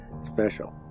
special